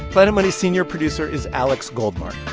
planet money's senior producer is alex goldmark.